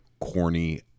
corny